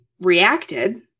reacted